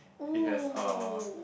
it has a